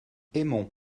aimons